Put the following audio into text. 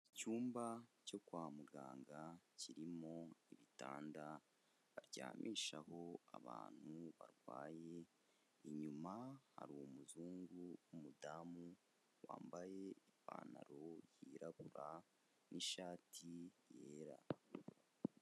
Icyumba cyo kwa muganga, kirimo ibitanda baryamishaho abantu barwaye, inyuma hari umuzungu w'umudamu, wambaye ipantaro yirabura n'ishati yera.